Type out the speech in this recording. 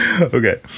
okay